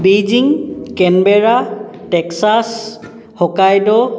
Beijing Canberra Texas Hokkaido